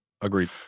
Agreed